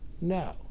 No